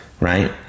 Right